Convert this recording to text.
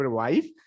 wife